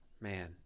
man